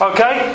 Okay